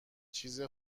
چیز